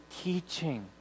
teaching